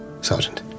Sergeant